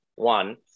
One